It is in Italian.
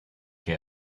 che